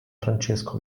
francesco